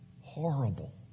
Horrible